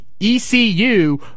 ECU